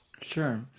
Sure